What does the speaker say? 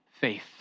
faith